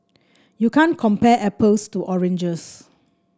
you can't compare apples to oranges